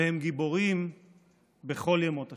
והם גיבורים בכל ימות השנה.